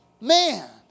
Man